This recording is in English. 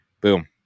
Boom